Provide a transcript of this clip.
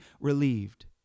relieved